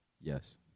Yes